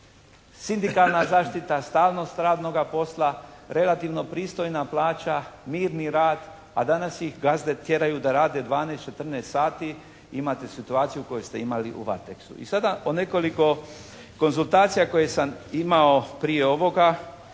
Sindikalna zaštita, stalnost radnoga posla, relativno pristojna plaća, mirni rad, a danas ih gazde tjeraju da rade 12, 14 sati. Imate situaciju koju ste imali u Varteksu. I sada o nekoliko konzultacija koje sam imao prije ovoga